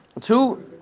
two